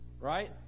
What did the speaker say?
right